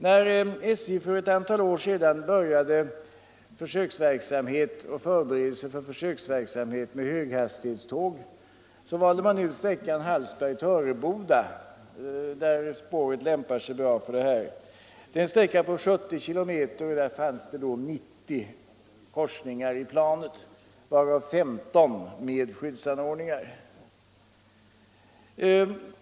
När SJ för ett antal år sedan började förbereda sin försöksverksamhet med höghastighetståg valde man ut sträckan Hallsberg-Töreboda, där spåret lämpar sig bra för sådan försöksverksamhet. Det är en sträcka på 70 kilometer, och där fanns det då 90 korsningar i markplanet, varav 15 med skyddsanordningar.